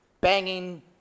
banging